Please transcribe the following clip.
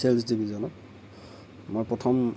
sales ডিভিজনত মই প্ৰথম